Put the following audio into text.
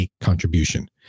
contribution